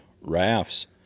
rafts